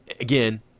Again